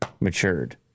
matured